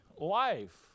life